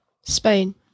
Spain